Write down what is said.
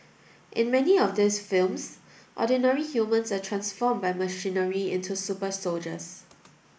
in many of these films ordinary humans are transformed by machinery into super soldiers